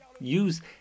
use